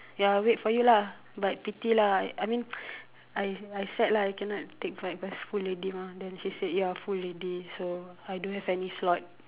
ya I'll wait for you lah but pity lah I mean I I sad lah I cannot take part because full already mah then she said ya full already so I don't have any slot